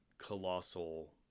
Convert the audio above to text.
colossal